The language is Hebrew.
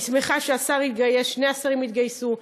אני שמחה ששני השרים התגייסו.